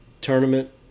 tournament